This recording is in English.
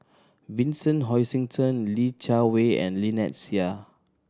Vincent Hoisington Li Jiawei and Lynnette Seah